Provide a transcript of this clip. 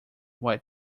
white